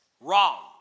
wrong